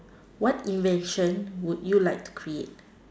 what invention would you like to create